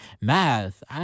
math